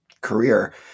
career